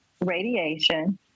radiation